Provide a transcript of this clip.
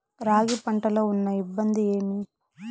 రాగి పంటలో ఉన్న ఇబ్బంది ఏమి?